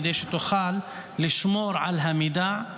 כדי שתוכל לשמור על המידע,